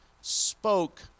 spoke